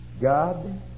God